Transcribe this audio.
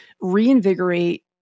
reinvigorate